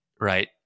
right